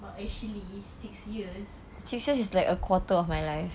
actually six years